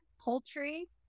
poultry